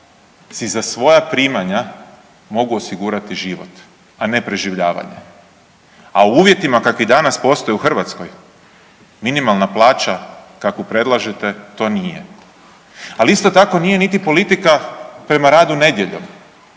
za svoja primanja mogu osigurati život a ne preživljavanje. A u uvjetima kakvi danas postoje u Hrvatskoj, minimalna plaća kakvu predlažete, to nije. Ali isto tako nije niti politika prema radu nedjeljom